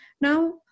Now